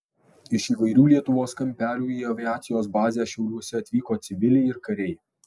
iš įvairių lietuvos kampelių į aviacijos bazę šiauliuose atvyko civiliai ir kariai